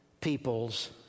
people's